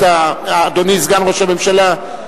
אדוני סגן ראש הממשלה,